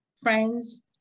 friends